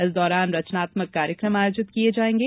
इस दौरान रचनात्मक कार्यक्रम आयोजित किये जायेंगे